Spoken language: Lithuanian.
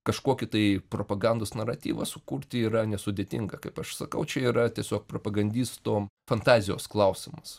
kažkokį tai propagandos naratyvą sukurti yra nesudėtinga kaip aš sakau čia yra tiesiog propagandistų fantazijos klausimas